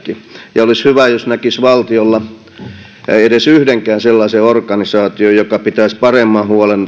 ja olisi hyvä jos näkisi valtiolla edes yhdenkin sellaisen organisaation joka pitäisi paremman huolen